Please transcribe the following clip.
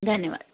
धन्यवाद